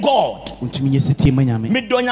God